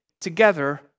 together